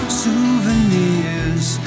souvenirs